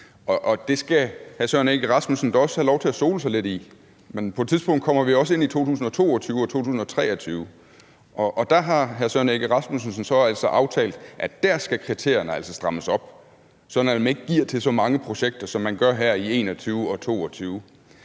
det skal hr. Søren Egge Rasmussen da også have lov til at sole sig lidt i, men på et tidspunkt kommer vi også ind i 2022 og 2023, og der har hr. Søren Egge Rasmussen så aftalt, at der skal kriterierne altså strammes op, sådan at man ikke giver til så mange projekter, som man gør i 2020 og 2021.